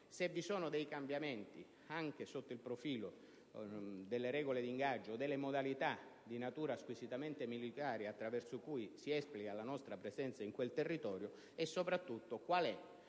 se vi sono dei cambiamenti anche sotto il profilo delle regole di ingaggio, delle modalità di natura squisitamente militare attraverso cui si esplica la nostra presenza in quel territorio e soprattutto qual è